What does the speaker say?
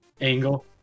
angle